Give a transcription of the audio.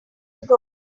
ago